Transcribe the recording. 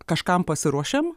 kažkam pasiruošėm